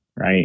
right